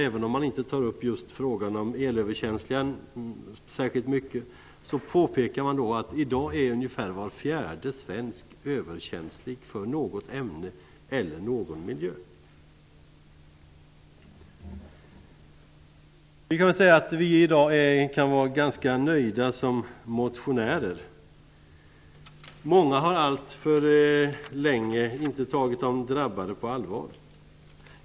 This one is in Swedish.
Även om man inte tar upp just frågan om elöverkänslighet, påpekar man att ungefär var fjärde svensk i dag är överkänslig för något ämne eller någon miljö. Vi kan som motionärer i dag vara ganska nöjda. Många har alltför länge inte tagit de drabbade på allvar.